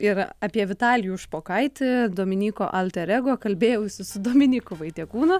ir apie vitalijų špokaitį dominyko alter ego kalbėjausi su dominyku vaitiekūnu